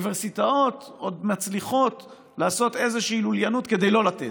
האוניברסיטאות עוד מצליחות לעשות איזושהי לוליינות כדי לא לתת,